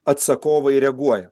atsakovai reaguoja